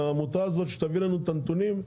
שהעמותה הזאת שתביא לנו את הנתונים,